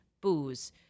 booze